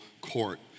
court